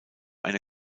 eine